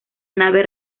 nave